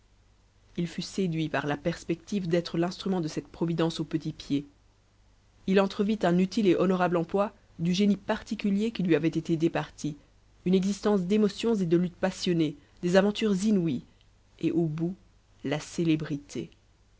il fut séduit par la perspective d'être l'instrument de cette providence au petit pied il entrevit un utile et honorable emploi du génie particulier qui lui avait été départi une existence d'émotions et de luttes passionnées des aventures inouïes et au bout la célébrité